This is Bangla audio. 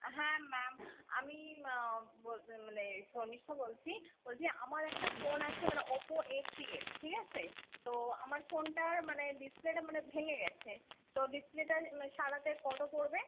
হ্যাঁ ম্যাম আমি বল মানে শর্মিষ্ঠা বলছি বলছি আমার একটা ফোন আছে মানে ওপো এ থ্রিয়ের ঠিক আছে তো আমার ফোনটার মানে ডিসপ্লেটা মানে ভেঙ্গে গেছে তো ডিসপ্লেটা সারাতে কত পড়বে